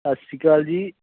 ਸਤਿ ਸ਼੍ਰੀ ਅਕਾਲ ਜੀ